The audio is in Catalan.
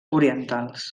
orientals